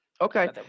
Okay